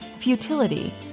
Futility